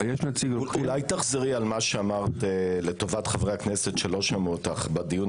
אולי תחזרי על מה שאמרת לטובת חברי הכנסת שלא שמעו אותך בדיון